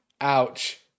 Ouch